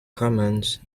comments